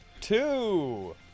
two